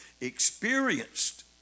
experienced